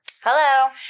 Hello